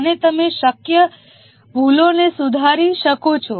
અને તમે શક્ય ભૂલોને સુધારી શકો છો